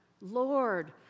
Lord